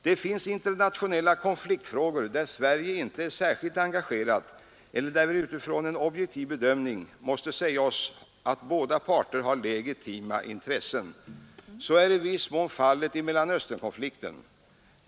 Det finns internationella konfliktfrågor där Sverige inte är särskilt engagerat eller där vi utifrån en objektiv bedömning måste säga oss att båda parter har legitima intressen. Så är i viss mån fallet i Mellerstaösternkonflikten.